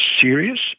serious